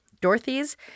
Dorothy's